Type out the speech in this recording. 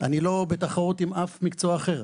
אני לא בתחרות עם אף מקצוע אחר,